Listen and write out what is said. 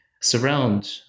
surround